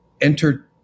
enter